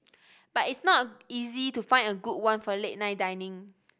but it's not easy to find a good one for late night dining